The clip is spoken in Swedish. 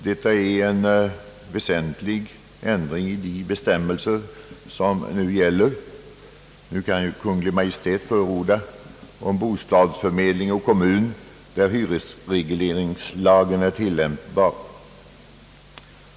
Detta är en väsentlig ändring i de bestämmelser som nu gäller. Nu kan ju Kungl. Maj:t förordna om bostadsförmedling inom kommun där hyresregleringslagen är tillämpbar.